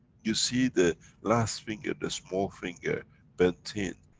you see the last finger, the small finger bent in,